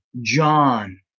John